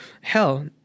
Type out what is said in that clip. hell